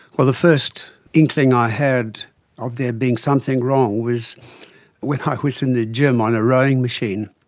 well, the first inkling i had of there being something wrong was when i was in the gym on a rowing machine.